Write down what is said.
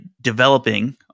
developing